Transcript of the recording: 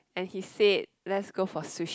and he said let's go for sushi